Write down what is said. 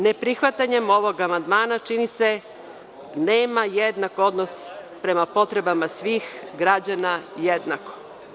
Ne prihvatanjem ovog amandmana čini se nema jednak odnos prema potrebama svih građana jednako.